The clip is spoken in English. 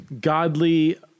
godly